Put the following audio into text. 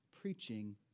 preaching